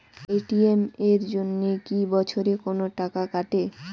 ATM এর জন্যে কি বছরে কোনো টাকা কাটে?